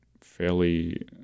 fairly